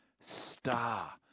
star